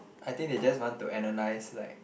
I think they just want to analyze like